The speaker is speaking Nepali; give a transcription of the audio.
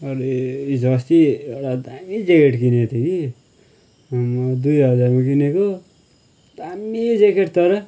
मैले हिजो अस्ति एउटा दामी ज्याकेट किनेको थिएँ कि अम्म्म दुई हजारमा किनेको दामी ज्याकेट तर